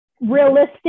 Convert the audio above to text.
realistic